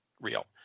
real